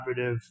collaborative